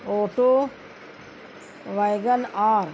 auto Wagon R